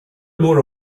more